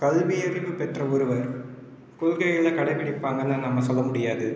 கல்வியறிவு பெற்ற ஒருவர் கொள்கைகளை கடைபிடிப்பாங்கன்னு நம்ம சொல்ல முடியாது